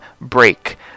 break